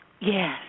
Yes